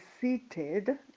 seated